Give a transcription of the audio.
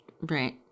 right